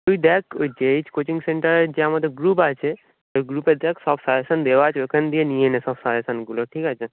তুই দেখ ওই জে এইচ কোচিং সেন্টারের যে আমাদের গ্রুপ আছে ওই গ্রুপে দেখ সব সাজেশান দেওয়া আছে ওখান দিয়ে নিয়ে নে সব সাজেশানগুলো ঠিক আছে